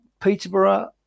Peterborough